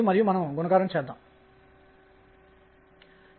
అందువల్ల ఇది 2r1r2prdr అవుతుంది